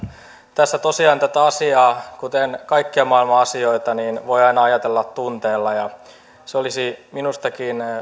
tässä tosiaan tätä asiaa kuten kaikkia maailman asioita voi aina ajatella tunteella se olisi minustakin